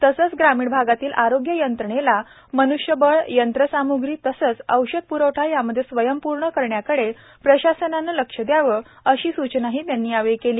तसेच ग्रामीण भागातील आरोग्य यंत्रणेला मन्ष्यबळ यंत्रसाम्ग्री तसेच औषध प्रवठा यामध्ये स्वयंपूर्ण करण्याकडे प्रशासनाने लक्ष दयावे अशी सूचनाही त्यांनी यावेळी केली